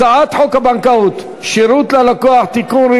הצעת חוק הבנקאות (שירות ללקוח) (תיקון,